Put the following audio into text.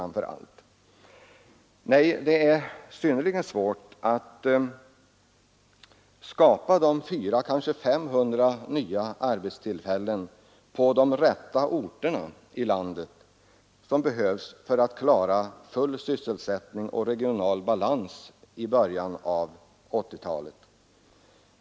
Men det är synnerligen svårt att på de rätta orterna i landet skapa de 400 000, kanske 500 000 nya arbetstillfällen som behövs för att klara full sysselsättning och regional balans i början av 1980-talet.